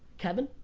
kevin?